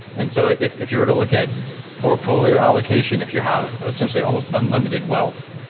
and so if if you were to look at portfolio allocation if you have essentially almost unlimited wealth,